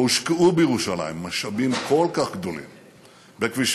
לא הושקעו בירושלים משאבים כל כך גדולים בכבישים,